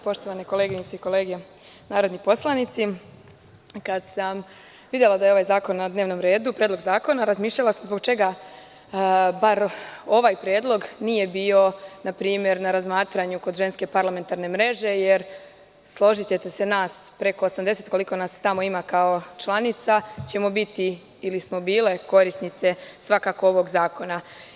Poštovane koleginice i kolege narodni poslanici, kada sam videla da je ovaj zakon na dnevnom redu, Predlog zakona, razmišljala sam zbog čega bar ovaj predlog nije bio na primer na razmatranju kod Ženske parlamentarne mreže jer složiće te se, nas preko 80 koliko nas tamo ima kao članica ćemo biti ili smo bile korisnice svakako ovog zakona.